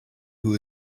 who